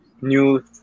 new